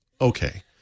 okay